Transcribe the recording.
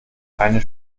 eine